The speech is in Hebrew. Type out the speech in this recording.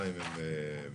במשטרה, אם הם בסדר?